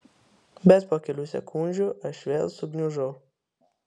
bet po kelių sekundžių aš vėl sugniužau